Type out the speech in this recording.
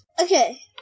Okay